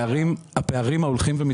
זה לא שווה ערך וזה לא יכול להיות שווה ערך.